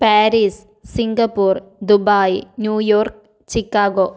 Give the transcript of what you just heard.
Paris Singapore Dubai New York Chicago